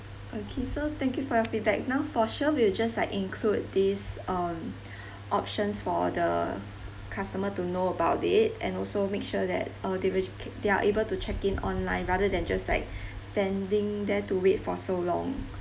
okay so thank you for your feedback now for sure we'll just like include this um options for the customer to know about it and also make sure that uh they will K~ they're able to check in online rather than just like standing there to wait for so long